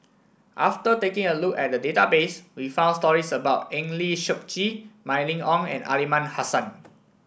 after taking a look at the database we found stories about Eng Lee Seok Chee Mylene Ong and Aliman Hassan